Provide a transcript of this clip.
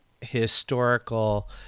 historical